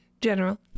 general